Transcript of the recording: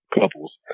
couples